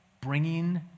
bringing